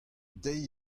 deiz